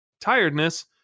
Tiredness